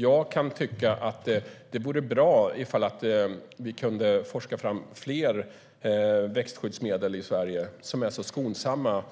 Jag kan tycka att det vore bra ifall vi kunde forska fram fler växtskyddsmedel i Sverige som är så skonsamma